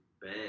bad